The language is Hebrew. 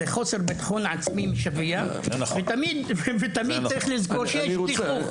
זה חוסר ביטחון עצמי משווע ותמיד צריך לזכור שיש דיכוי.